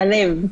בלב.